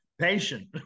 Patient